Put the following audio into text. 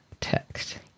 text